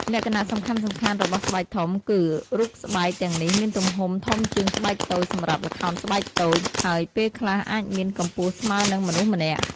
លក្ខណៈសំខាន់ៗរបស់ស្បែកធំគឺ រូបស្បែកទាំងនេះមានទំហំធំជាងស្បែកតូច សម្រាប់ ល្ខោនស្បែកតូច ហើយពេលខ្លះអាចមានកម្ពស់ស្មើនឹងមនុស្សម្នាក់។